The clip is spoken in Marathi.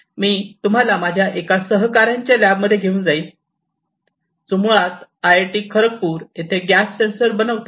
मी तुम्हाला माझ्या एका सहकार्यांच्या लॅबमध्ये घेऊन जाईन जो मुळात आयआयटी खडगपुर येथे गॅस सेन्सर बनवितो